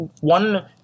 one